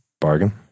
Bargain